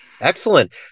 Excellent